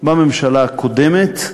בממשלה הקודמת,